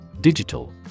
Digital